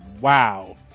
wow